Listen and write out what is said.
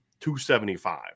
275